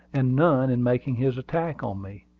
and none in making his attack on me.